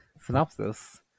synopsis